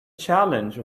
challenge